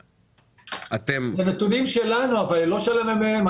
אלה נתונים שלנו, לא של הממ"מ.